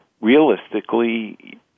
realistically